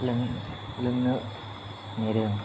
लों लोंनो नेदों